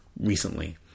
recently